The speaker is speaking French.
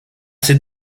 ses